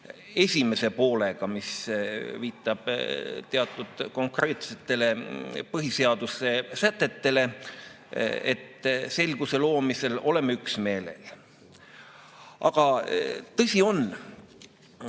esimese poolega, mis viitab teatud konkreetsetele põhiseaduse sätetele, selguse loomisel oleme üksmeelel. Aga tõsi on,